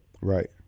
Right